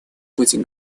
быть